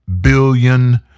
billion